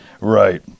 right